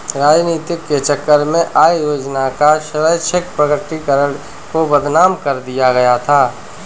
राजनीति के चक्कर में आय योजना का स्वैच्छिक प्रकटीकरण को बदनाम कर दिया गया था